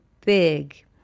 big